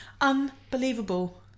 Unbelievable